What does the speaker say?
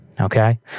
okay